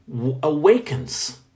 awakens